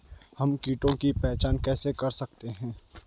हम कीटों की पहचान कैसे कर सकते हैं?